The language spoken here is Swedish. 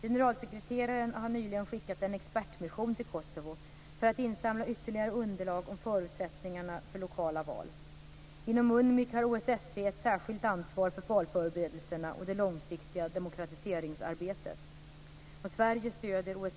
Generalsekreteraren har nyligen skickat en expertmission till Kosovo för insamla ytterligare underlag om förutsättningarna för lokala val i Kosovo. Inom UNMIK har OSSE ett särskilt ansvar för valförberedelserna och det långsiktiga demokratiseringsarbetet. Sverige stöder OS